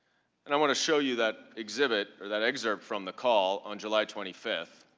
and i want to show you that exhibit or that eggs are from the call on july twenty fifth.